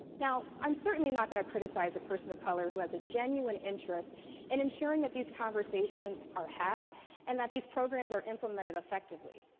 now, i'm certainly not going to criticize a person of color who has a genuine interest in ensuring that these conversations are had and that these programs are implemented effectively.